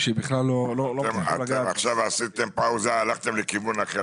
עכשיו עשיתם פאוזה והלכתם לכיוון אחר.